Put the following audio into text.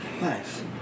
Nice